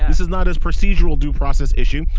this is not as procedural due process issue.